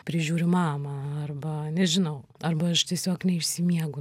prižiūri mamą arba nežinau arba aš tiesiog neišsimiegu